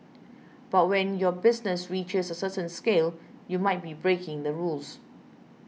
but when your business reaches a certain scale you might be breaking the rules